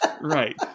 Right